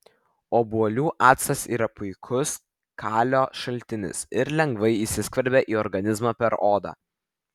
obuolių actas yra puikus kalio šaltinis ir lengvai įsiskverbia į organizmą per odą